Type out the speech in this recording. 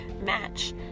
match